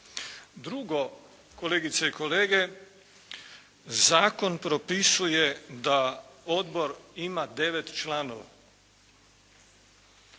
Drugo, kolegice i kolege, zakon propisuje da odbor ima 9 članova.